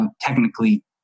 technically